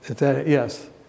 yes